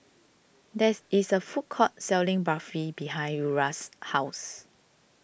there's is a food court selling Barfi behind Uriah's house